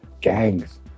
gangs